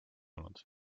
olnud